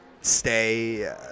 stay